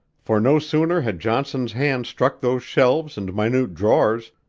for no sooner had johnson's hand struck those shelves and minute drawers,